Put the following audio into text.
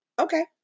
okay